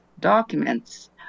documents